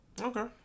Okay